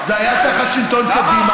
זה היה תחת שלטון קדימה.